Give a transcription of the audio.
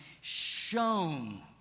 shown